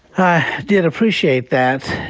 i did appreciate that.